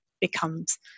becomes